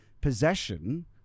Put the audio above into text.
possession